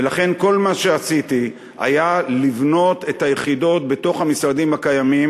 ולכן כל מה שעשיתי היה לבנות את היחידות בתוך המשרדים הקיימים.